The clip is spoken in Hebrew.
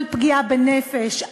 על פגיעה בנפש,